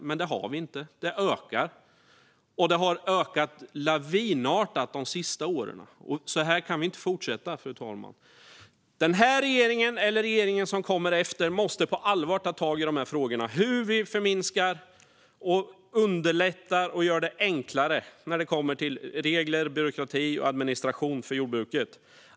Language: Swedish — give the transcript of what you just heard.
Men så har inte skett, utan det ökar. Det har ökat lavinartat de senaste åren. Så här kan vi inte fortsätta, fru talman. Den här regeringen eller regeringen som kommer efter måste på allvar ta tag i de här frågorna - underlätta och förenkla för jordbrukarna genom att minska på regler, byråkrati och administration för jordbruket.